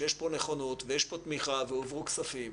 שיש פה נכונות ויש תמיכה והועברו כספים,